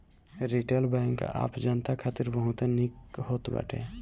retail bank आम जनता खातिर बहुते निक होत बाटे